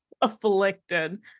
afflicted